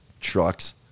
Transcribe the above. trucks